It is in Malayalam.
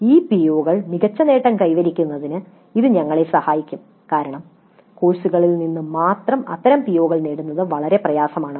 ഈ പിഒകൾ മികച്ച നേട്ടം കൈവരിക്കുന്നതിന് ഇത് ഞങ്ങളെ സഹായിക്കും കാരണം കോഴ്സുകളിൽ നിന്ന് മാത്രം അത്തരം പിഒകൾ നേടുന്നത് വളരെ പ്രയാസമാണ്